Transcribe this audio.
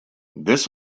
this